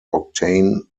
octane